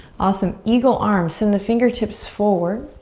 awesome, eagle arms. send the fingertips forward.